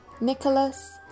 Nicholas